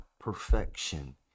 perfection